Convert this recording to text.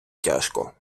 тяжко